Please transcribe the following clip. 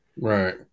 right